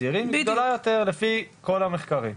צעירים היא גדולה יותר לפי רוב המחקרים.